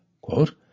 Quote